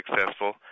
successful